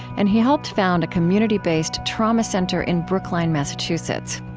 and he helped found a community-based trauma center in brookline, massachusetts.